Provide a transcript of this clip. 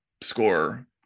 score